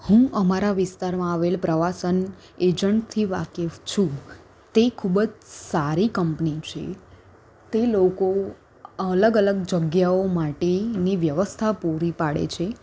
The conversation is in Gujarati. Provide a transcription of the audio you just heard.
હું અમારા વિસ્તારમાં આવેલા પ્રવાસન એજન્ટથી વાકેફ છું તે ખૂબ જ સારી કંપની છે તે લોકો અલગ અલગ જગ્યાઓ માટેની વ્યવસ્થા પૂરી પાડે છે